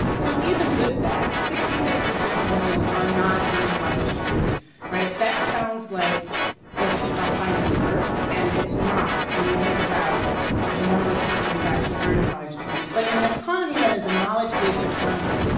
so even with that, sixty six percent of millennials are not earning college degrees, right? that sounds like it's a high number, and it's not when you think about the number of people who have actually earned their college degrees. but in an economy that is a knowledge-based economy,